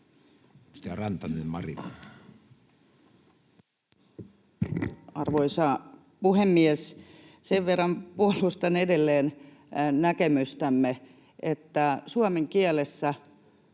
Arvoisa puhemies! Sen verran puolustan edelleen näkemystämme, että suomen kielessä